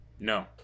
No